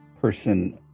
person